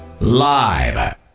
live